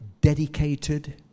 Dedicated